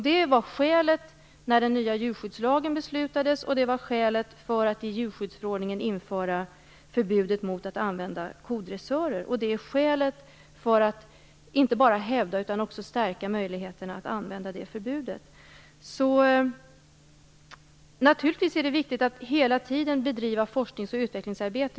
Det var skälet när beslutet om den nya djurskyddslagen fattades, och det var skälet för att i djurskyddsförordningen införa ett förbud mot att använda kodressörer. Det är också skälet för att inte bara hävda utan också stärka möjligheterna att använda det förbudet. Naturligtvis är det viktigt att hela tiden bedriva forsknings och utvecklingsarbete.